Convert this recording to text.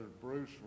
Bruce